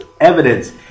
evidence